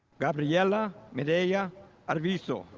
gabriella medea arvizu,